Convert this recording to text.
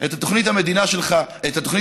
את התוכנית המדינית שלך.